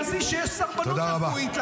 אושר שקלים יכול להמציא שיש סרבנות רפואית,